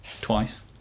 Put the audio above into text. Twice